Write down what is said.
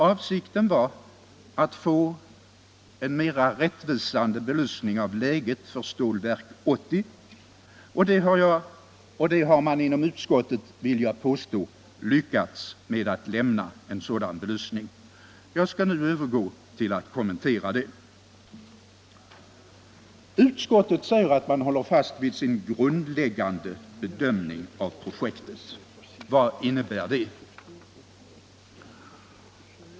Avsikten var att få en mera rättvisande belysning av läget för Stålverk 80, och utskottet har, vill jag påstå, lyckats med att lämna en sådan belysning. Jag skall nu övergå till att kommentera det. Utskottet säger att man håller fast vid sin grundläggande bedömning av projektet. Vad innebär det?